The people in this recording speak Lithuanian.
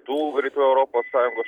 tų rytų europos sąjungos